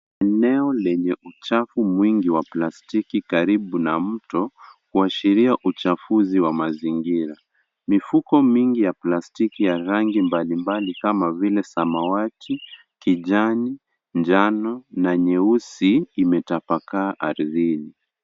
Eneo lenye uchafu mwingi wa plastiki karibu na mto, kuashiria uchafuzi wa mazingira. Mifuko mingi ya plastiki ya rangi mbalimbali kama vile, samawati, kijani, njano na nyeusi imetapakaa ardhini.